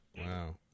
wow